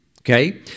Okay